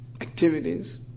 activities